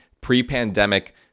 pre-pandemic